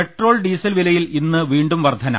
petrol diesel വിലയിൽ ഇന്ന് വീണ്ടും വർദ്ധന്